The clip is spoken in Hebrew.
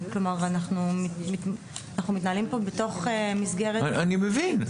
אנחנו מתנהלים פה בתוך מסגרת --- אני מבין,